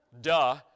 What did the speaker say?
Duh